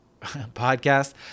podcast